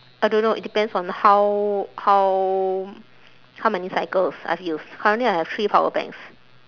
I don't know it depends on how how how many cycles I've used currently I have three power banks